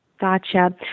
Gotcha